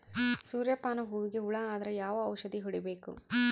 ಸೂರ್ಯ ಪಾನ ಹೂವಿಗೆ ಹುಳ ಆದ್ರ ಯಾವ ಔಷದ ಹೊಡಿಬೇಕು?